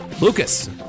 Lucas